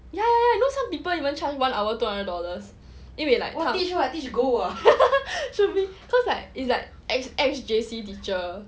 ya ya you know some people even charge one hour two hundred dollars 因为 like should be cause like ex J_C teacher